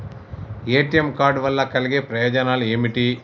ATM card వల్ల కలిగే ప్రయోజనాలు ఏమిటి?